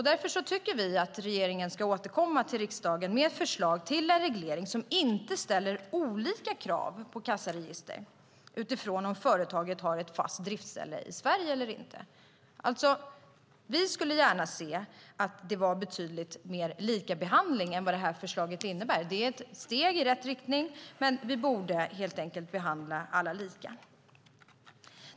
Därför tycker vi att regeringen ska återkomma till riksdagen med förslag till en reglering som inte ställer olika krav på kassaregister utifrån om företaget har ett fast driftsställe i Sverige eller inte. Vi skulle gärna se att det var betydligt mer likabehandling än vad det här förslaget innebär. Det är ett steg i rätt riktning, men vi borde helt enkelt behandla alla lika.